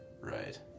Right